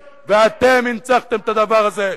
אין יותר תפיסה ממלכתית, ואתם הנצחתם את הדבר הזה,